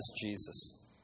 Jesus